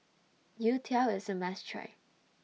Youtiao IS A must Try